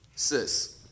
Sis